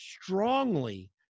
strongly